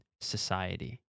society